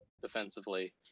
defensively